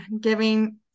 giving